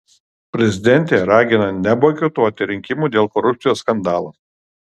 prezidentė ragina neboikotuoti rinkimų dėl korupcijos skandalo